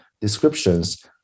descriptions